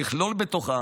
היא תכלול בתוכה